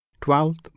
Twelfth